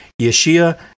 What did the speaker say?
Yeshua